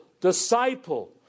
disciple